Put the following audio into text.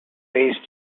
raised